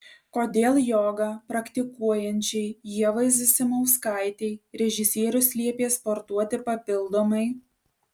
kodėl jogą praktikuojančiai ievai zasimauskaitei režisierius liepė sportuoti papildomai